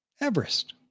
Everest